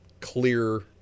clear